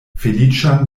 feliĉan